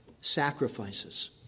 sacrifices